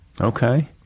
Okay